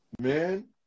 man